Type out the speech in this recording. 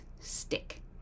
stick